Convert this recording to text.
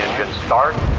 start,